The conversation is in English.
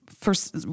first